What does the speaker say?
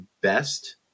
best